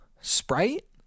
sprite